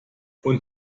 und